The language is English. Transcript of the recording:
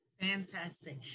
Fantastic